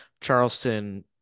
Charleston